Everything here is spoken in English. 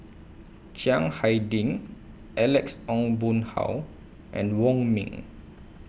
Chiang Hai Ding Alex Ong Boon Hau and Wong Ming